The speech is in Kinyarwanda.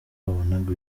wabonaga